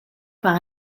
par